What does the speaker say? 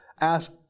ask